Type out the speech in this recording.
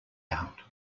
out